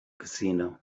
casino